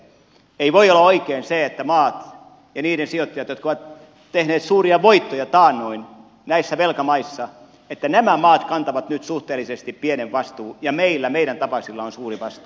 ei voi olla oikein se että nämä maat ja ne sijoittajat jotka ovat tehneet suuria voittoja taannoin näissä velkamaissa kantavat nyt suhteellisesti pienen vastuun ja meillä meidän tapaisillamme on suuri vastuu